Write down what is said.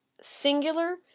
singular